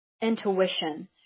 intuition